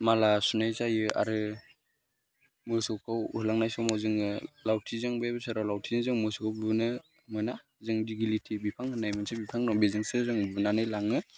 माला सुनाय जायो आरो मोसौखौ होलांनाय समाव जोङो लावथिजों बे बोसोराव लावथिजों जों मोसौखौ बुनो मोना जों दिगिलिथि बिफां होननाय दं जों बेजोंसो होनानै लाङो